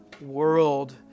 world